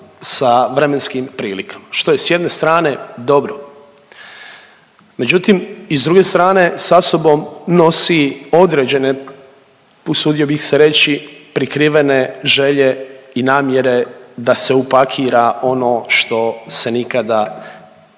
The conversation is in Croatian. sa vremenskim prilikama, što je s jedne strane dobro, međutim s druge strane sa sobom nosi određene, usudio bih se reći prikrivene želje i namjere da se upakira ono što se nikada pakirati